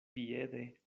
piede